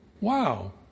Wow